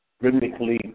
rhythmically